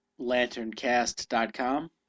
LanternCast.com